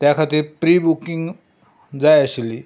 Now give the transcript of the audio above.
त्या खातीर प्रीबुकींग जाय आशिल्ली